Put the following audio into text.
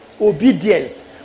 obedience